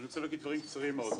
אני רוצה להגיד דברים קצרים מאוד.